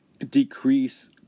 Decrease